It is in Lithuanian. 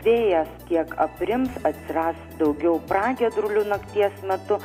vėjas kiek aprims atsiras daugiau pragiedrulių nakties metu